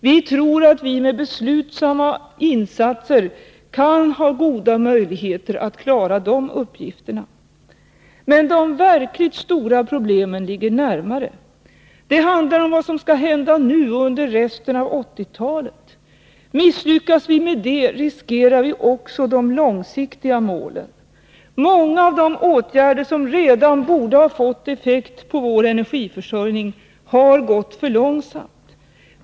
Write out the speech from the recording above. Vi tror att vi med beslutsamma insatser kan ha goda möjligheter att klara de uppgifterna. Men de verkligt stora problemen ligger närmare. Det handlar om vad som skall hända nu och under resten av 1980-talet. Misslyckas vi med det riskerar vi också de långsiktiga målen. Många av de åtgärder som redan borde ha fått effekt på vår energiförsörjning har gått alltför långsamt.